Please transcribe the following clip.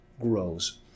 grows